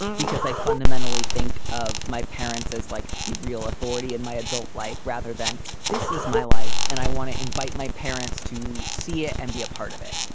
because i fundamentally think of my parents as like the real authority in my adult life rather than this is my life. and i want to invite my parents to see it and be a part of it.